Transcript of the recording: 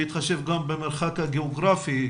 בהתחשב גם במרחק הגיאוגרפי,